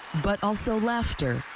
but also laughter.